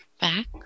back